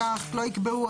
הרופאים, לא יקבעו.